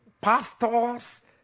pastors